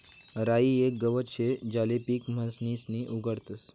राई येक गवत शे ज्याले पीक म्हणीसन उगाडतस